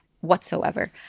whatsoever